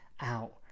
out